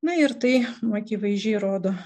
na ir tai akivaizdžiai rodo